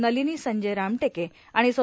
नलिनी संजय रामटेके आणि सौ